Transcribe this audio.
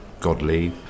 godly